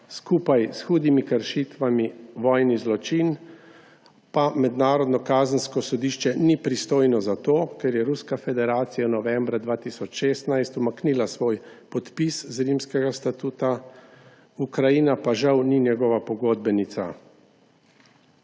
skupaj s hudimi kršitvami vojni zločin, pa Mednarodno kazensko sodišče ni pristojno za to, ker je Ruska federacija novembra 2016 umaknila svoj podpis z Rimskega statuta, Ukrajina pa žal ni njegova pogodbenica.